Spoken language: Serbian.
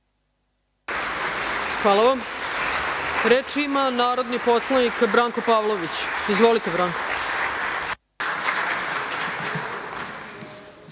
Hvala vam. Reč ima narodni poslanik Branko Pavlović. Izvolite Branko.